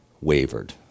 wavered